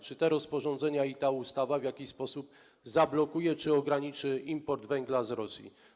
Czy te rozporządzenia i ta ustawa w jakiś sposób zablokują czy ograniczą import węgla z Rosji?